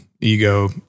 ego